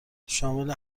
شامل